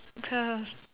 just